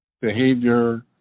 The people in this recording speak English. behavior